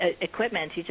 equipment